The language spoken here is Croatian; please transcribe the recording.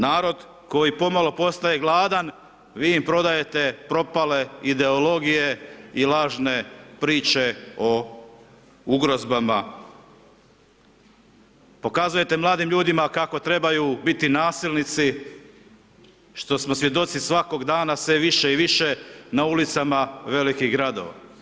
Narod koji pomalo postaje gladan, vi im prodajete propale ideologije i lažne priče o ugrozama, pokazujete mladim ljudima kako trebaju biti nasilnici, što smo svjedoci svakog dana sve više i više na ulicama velikih gradova.